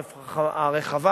הרחבה,